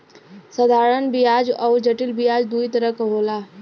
साधारन बियाज अउर जटिल बियाज दूई तरह क होला